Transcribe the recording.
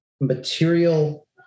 material